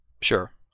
Sure